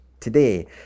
Today